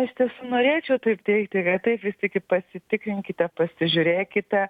iš tiesų norėčiau taip teigti kad taip visi pasitikrinkite pasižiūrėkite